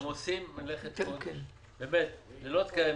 הם עושים מלאכת קודש, לילות כימים,